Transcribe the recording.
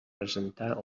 presentar